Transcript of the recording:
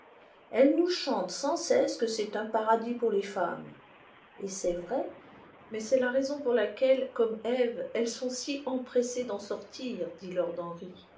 elles nous chantent sans cesse que c'est un paradis pour les femmes et c'est vrai mais c'est la raison pour laquelle comme eve elles sont si empressées d'en sortir dit lord